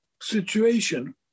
situation